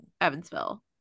Evansville